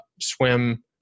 swim